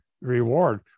reward